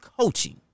coaching